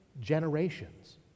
generations